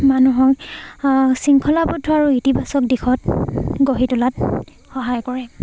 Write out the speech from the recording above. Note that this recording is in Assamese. মানুহক শৃংখলাবদ্ধ আৰু ইতিবাচক দিশত গঢ়ি তোলাত সহায় কৰে